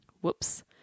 Whoops